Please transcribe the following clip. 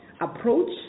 approach